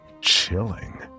Chilling